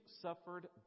suffered